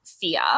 fear